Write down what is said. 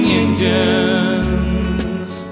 engines